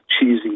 cheesy